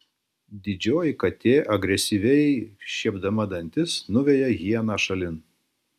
didžioji katė agresyviai šiepdama dantis nuveja hieną šalin